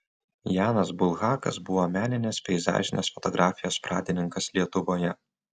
janas bulhakas buvo meninės peizažinės fotografijos pradininkas lietuvoje